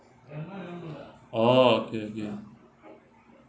oh ya ya